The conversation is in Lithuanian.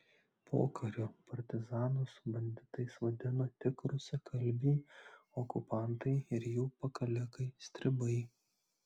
pokariu partizanus banditais vadino tik rusakalbiai okupantai ir jų pakalikai stribai